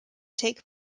take